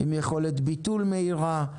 עם יכולת ביטול מהירה,